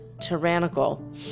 tyrannical